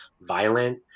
violent